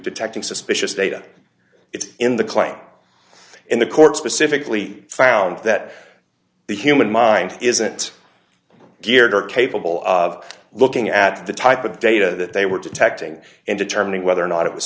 detecting suspicious data it's in the claim in the court specifically found that the human mind isn't geared or capable of looking at the type of data that they were detecting and determining whether or not it was